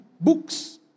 books